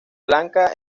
blanca